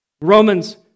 Romans